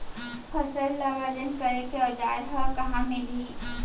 फसल ला वजन करे के औज़ार हा कहाँ मिलही?